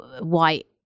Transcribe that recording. white